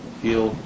feel